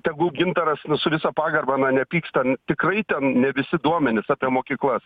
tegu gintaras su visa pagarba na nepyksta tikrai ten ne visi duomenys apie mokyklas